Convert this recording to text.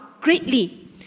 greatly